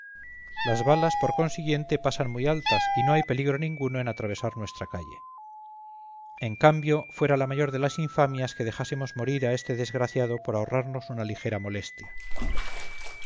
las balas por consiguiente pasan muy altas y no hay peligro ninguno en atravesar nuestra calle en cambio fuera la mayor de las infamias que dejásemos morir a este desgraciado por ahorrarnos una ligera molestia